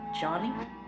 Johnny